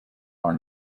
are